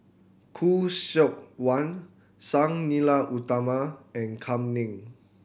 Khoo Seok Wan Sang Nila Utama and Kam Ning